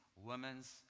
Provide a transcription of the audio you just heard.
women's